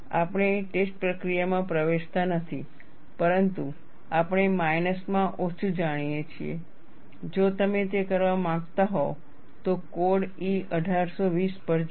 આપણે ટેસ્ટ પ્રક્રિયા માં પ્રવેશતા નથી પરંતુ આપણે માઇનસમાં ઓછું જાણીએ છીએ જો તમે તે કરવા માંગતા હોવ તો કોડ E 1820 પર જાઓ